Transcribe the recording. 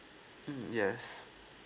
mm yes